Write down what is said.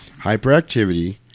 Hyperactivity